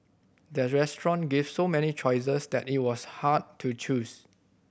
the restaurant gave so many choices that it was hard to choose